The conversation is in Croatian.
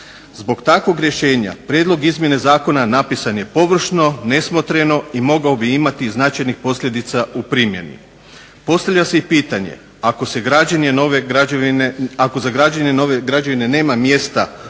Zbog takvog rješenja prijedlog izmjene zakona napisan je površno, nesmotreno i mogao bi imati značajnih posljedica u primjeni. Postavlja se i pitanje ako za građenje nove građevine nema mjesta u